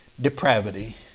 depravity